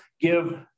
give